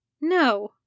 No